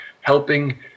helping